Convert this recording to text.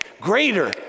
greater